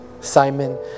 Simon